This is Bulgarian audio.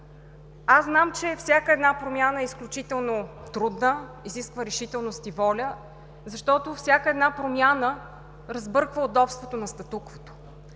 Знам, че всяка промяна е изключително трудна, изисква решителност и воля, защото всяка една промяна разбърква удобството на статуквото.